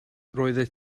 roeddet